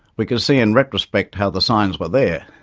we could see in retrospect how the signs were there,